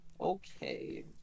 Okay